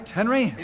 Henry